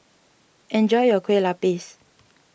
enjoy your Kueh Lapis